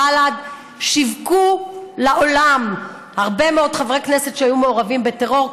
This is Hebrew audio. בל"ד שיווקו לעולם הרבה מאוד חברי כנסת שהיו מעורבים בטרור,